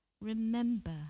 remember